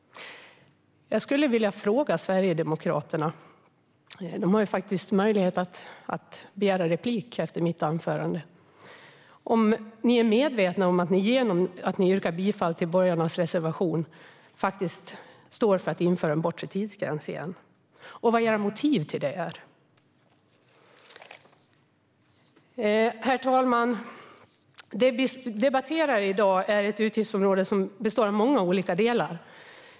Jag skulle vilja fråga er i Sverigedemokraterna - ni har faktiskt möjlighet att begära replik efter mitt anförande - om ni är medvetna om att ni genom att ni yrkar bifall till borgarnas reservation faktiskt står för att införa en bortre tidsgräns igen. Vilka är era motiv till detta? Herr talman! Det vi i dag debatterar är ett utgiftsområde som består av många olika delar.